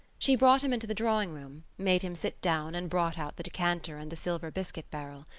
she brought him into the drawing-room, made him sit down and brought out the decanter and the silver biscuit-barrel.